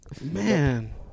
Man